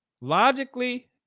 logically